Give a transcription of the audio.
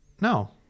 No